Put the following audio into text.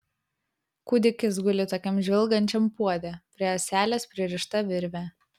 kūdikis guli tokiam žvilgančiam puode prie ąselės pririšta virvė